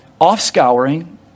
Off-scouring